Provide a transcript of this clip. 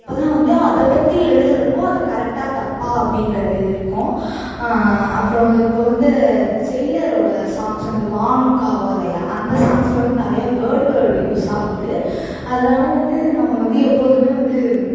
அப்போதான் வந்து அதை பற்றி எழுதுறப்போ அது கரெக்டாக தப்பாக அப்படின்றது இருக்கும் அப்புறம் இப்போ வந்து ஜெயிலரோட சாங்ஸ் வந்து வா நு காவாலய்யா அந்த சாங்ஸில் வந்து நிறையா பேர்டு வேர்டு யூஸ் ஆகுது அதனால வந்து நாம் வந்து எப்போதுமே வந்து